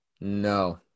No